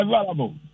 available